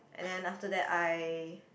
and then after that I